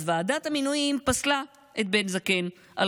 אז ועדת המינויים פסלה את בן זקן על